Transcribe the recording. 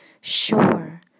sure